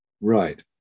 Right